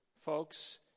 folks